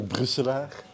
Brusselaar